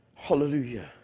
Hallelujah